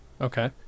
Okay